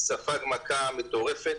ספג מכה מטורפת,